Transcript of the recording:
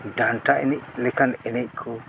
ᱰᱷᱟᱱᱴᱟ ᱮᱱᱮᱡ ᱞᱮᱠᱟᱱ ᱮᱱᱮᱡ ᱠᱚ